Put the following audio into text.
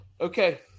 Okay